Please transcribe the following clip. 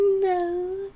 No